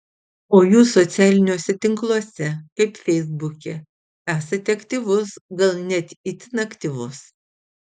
o jūs socialiniuose tinkluose kaip feisbuke esate aktyvus gal net itin aktyvus